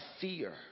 fear